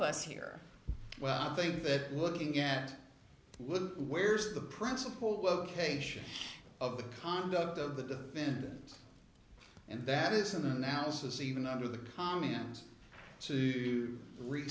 us here well think of it looking at where's the principal location of the conduct of the defendant and that is an analysis even under the comment to re